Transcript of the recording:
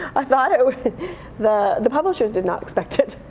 i thought it would. the the publishers did not expect it.